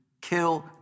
kill